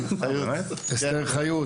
אסתר חיות.